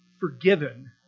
forgiven